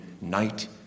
night